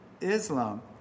Islam